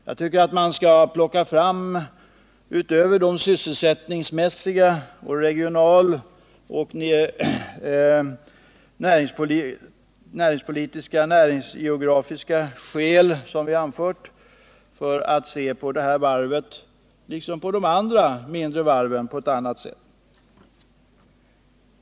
Förutom att man beaktar de sysselsättningsmässiga, regionalpolitiska, näringspolitiska och näringsgeografiska skäl som vi har anfört, tycker jag att man bör se på det här varvet, liksom på de andra mindre varven, på ett annat sätt.